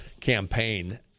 campaign